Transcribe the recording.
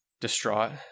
distraught